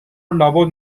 لابد